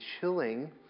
chilling